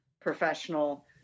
professional